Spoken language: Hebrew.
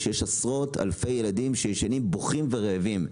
שיש עשרות אלפי ילדים שישנים בוכים ורעבים,